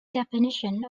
definition